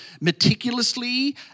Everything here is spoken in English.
meticulously